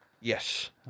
Yes